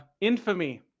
Infamy